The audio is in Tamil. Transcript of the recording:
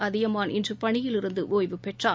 அதியமான் இன்றுபணியிலிருந்துஒய்வு பெற்றார்